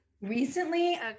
Recently